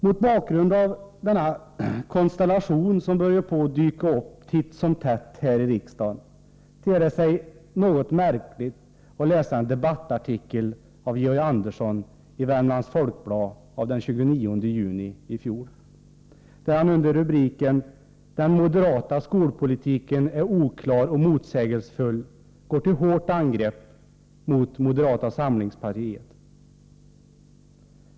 Mot bakgrund av att denna konstellation börjar dyka upp titt och tätt här i riksdagen ter sig en debattartikel av Georg Andersson i Värmlands Folkblad av den 29 juni i fjol något märklig. Under rubriken Den moderata skolpolitiken är oklar och motsägelsefull går han till hårt angrepp mot moderata samlingspartiet.